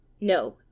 No